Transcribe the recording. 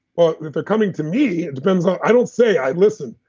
but if they're coming to me, it depends on. i don't say, i listen.